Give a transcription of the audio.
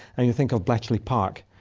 and you think of bletchley park,